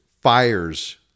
fires